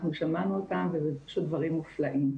אנחנו שמענו אותם וזה פשוט דברים מופלאים.